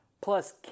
plus